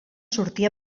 sortir